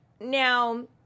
Now